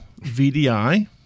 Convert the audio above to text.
VDI